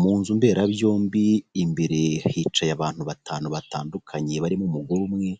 Mu nzu mberabyombi imbere hicaye abantu batanu batandukanye barimo umugore umwe,